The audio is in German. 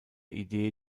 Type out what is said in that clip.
idee